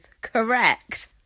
correct